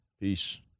Peace